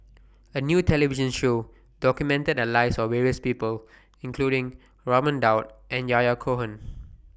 A New television Show documented The Lives of various People including Raman Daud and Yahya Cohen